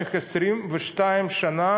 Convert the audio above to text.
במשך 22 שנה,